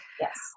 Yes